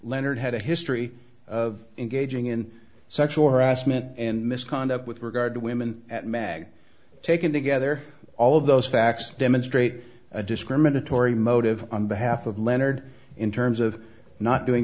leonard had a history of engaging in sexual harassment and misconduct with regard to women at magh taken together all of those facts demonstrate a discriminatory motive on behalf of leonard in terms of not doing